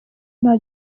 nta